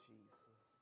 Jesus